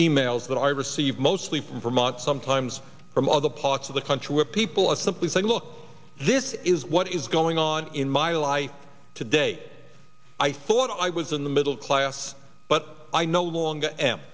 e mails that i receive mostly from vermont sometimes from other parts of the country where people are simply saying look this is what is going on in my life today i thought i was in the middle class but i no longer am